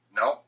no